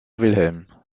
wilhelm